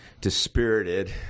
dispirited